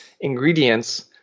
ingredients